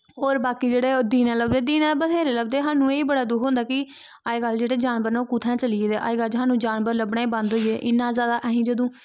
और बाकी जेह्ड़े ओह् दिनै लभदे दिनै बथ्हेरे लभदे स्हानू एह् बड़ा दुक्ख होंदा कि अजकल्ल जेह्ड़े जानबर न ओह् कुत्थै चली गेदे अजकल्ल स्हानू जानबर लब्भना ही बंद होई गेदे इ'न्ना जैदा असीं जदूं